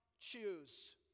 choose